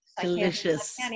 delicious